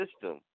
system